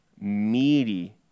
meaty